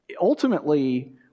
Ultimately